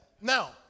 Now